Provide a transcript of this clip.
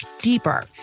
deeper